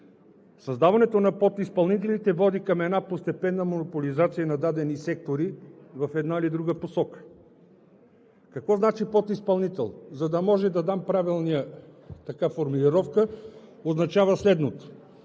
Създаването на подизпълнителите води към една постепенна монополизация на дадени сектори в една или друга посока. Какво значи подизпълнител? За да мога да дам правилната формулировка, означава следното: